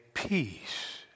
Peace